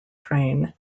train